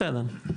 בסדר.